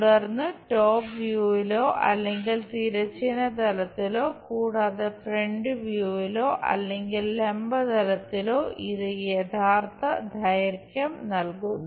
തുടർന്ന് ടോപ് വ്യൂവിലോ അല്ലെങ്കിൽ തിരശ്ചീന തലത്തിലോ കൂടാതെ ഫ്രണ്ട് വ്യൂവിലോ അല്ലെങ്കിൽ ലംബ തലത്തിലോ ഇത് യഥാർത്ഥ ദൈർഘ്യം നൽകുന്നു